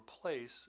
replace